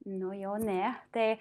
nu jau ne tai